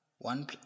One